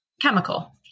chemical